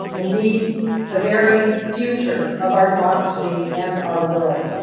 indeed the very future of our democracy and our world.